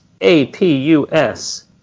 A-P-U-S